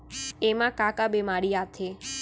एमा का का बेमारी आथे?